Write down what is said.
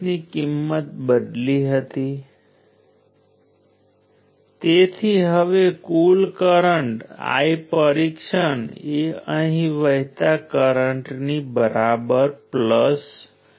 દેખીતી રીતે આ બધાએ એક જ જવાબ આપવો જોઈએ કારણ કે તે બધા સૂત્રો અથવા એક જ વસ્તુ રેઝિસ્ટરમાં ડિસિપેટેડ પાવર માટેના છે